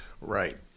right